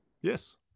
Yes